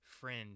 friend